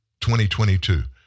2022